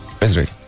Israel